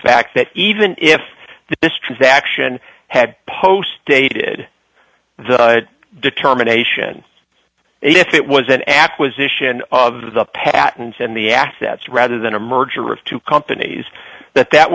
fact that even if the distraction had post dated the determination if it was an acquisition of the patents and the assets rather than a merger of two companies that that